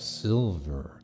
silver